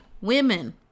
women